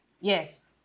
Yes